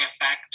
effect